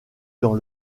dans